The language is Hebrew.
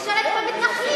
זה משרת את המתנחלים,